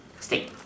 steak